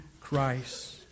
Christ